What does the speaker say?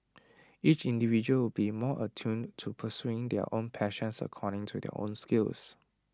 each individual will be more attuned to pursuing their own passions according to their own skills